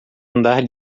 andar